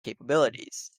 capabilities